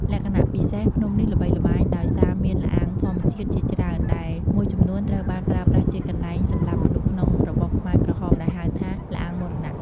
លក្ខណៈពិសេស ភ្នំនេះល្បីល្បាញដោយសារមាន ល្អាងធម្មជាតិ ជាច្រើន ដែលមួយចំនួនត្រូវបានប្រើប្រាស់ជាកន្លែងសម្លាប់មនុស្សក្នុងរបបខ្មែរក្រហម ដែលហៅថា ល្អាងមរណៈ។